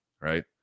right